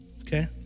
Okay